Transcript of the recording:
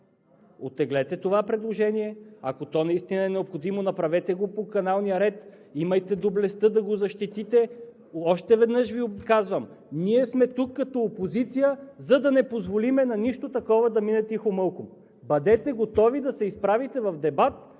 Оттеглете това предложение, ако то наистина е необходимо, направете го по каналния ред, имайте доблестта да го защитите. Още веднъж Ви казвам: ние сме тук като опозиция, за да не позволим на нищо такова да мине тихомълком. Бъдете готови да се изправите в дебат